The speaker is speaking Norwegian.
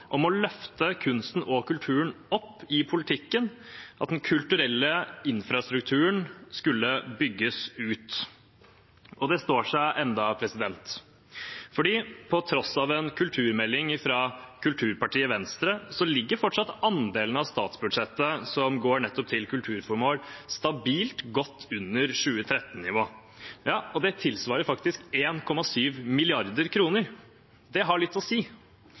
om å løfte kunsten og kulturen opp i politikken, at den kulturelle infrastrukturen skulle bygges ut. Det står seg ennå. For på tross av en kulturmelding fra kulturpartiet Venstre ligger fortsatt andelen av statsbudsjettet som går nettopp til kulturformål, stabilt godt under 2013-nivå, og det tilsvarer faktisk 1,7 mrd. kr. Det har litt å si.